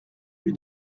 lui